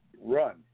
run